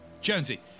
Jonesy